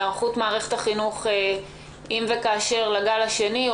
היערכות מערכת החינוך אם וכאשר לגל השני,